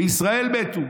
בישראל מתו.